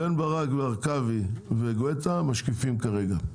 בן ברק והרכבי וגואטה משקיפים כרגע.